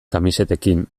kamisetekin